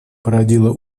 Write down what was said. породило